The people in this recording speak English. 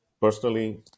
Personally